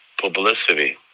publicity